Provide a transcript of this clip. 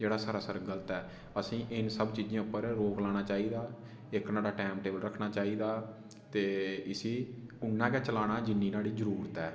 जेह्ड़ा सरासर गलत ऐ असें ई इ'नें सब चीजें उप्पर रोक लाना चाहिदा इक न्हाड़ा टाइम टेबल रक्खना चाहिदा ते इसी उ'न्ना गै चलाना जि'न्नी न्हाड़ी जरूरत ऐ